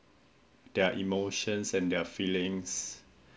their emotions and their feelings